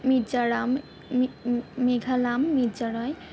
মির্জারাম মেঘালাম মির্জারায়